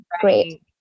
great